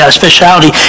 speciality